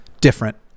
different